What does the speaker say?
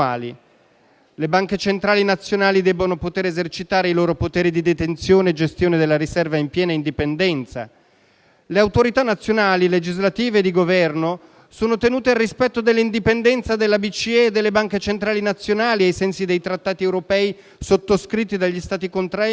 Le banche centrali nazionali debbono poter esercitare i loro poteri di detenzione e gestione delle riserve in piena indipendenza; le autorità nazionali, legislative e di Governo, sono tenute al rispetto dell'indipendenza della BCE e delle banche centrali nazionali, ai sensi dei trattati europei sottoscritti dagli Stati contraenti.